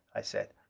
i said.